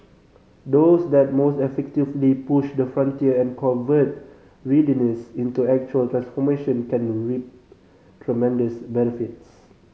those that most effectively push the frontier and convert readiness into actual transformation can reap tremendous benefits